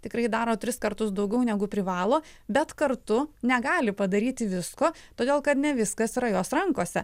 tikrai daro tris kartus daugiau negu privalo bet kartu negali padaryti visko todėl kad ne viskas yra jos rankose